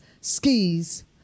skis